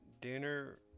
dinner